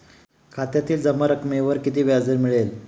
खात्यातील जमा रकमेवर किती व्याजदर मिळेल?